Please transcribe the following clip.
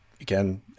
again